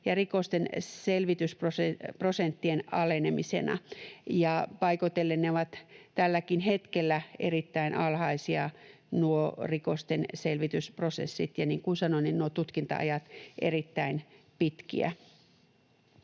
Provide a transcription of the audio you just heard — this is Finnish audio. ja rikosten selvitysprosenttien alenemisena. Paikoitellen nuo rikosten selvitysprosentit ovat tälläkin hetkellä erittäin alhaisia, ja niin kuin sanoin, nuo tutkinta-ajat ovat erittäin pitkiä.